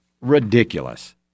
Ridiculous